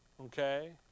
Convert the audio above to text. okay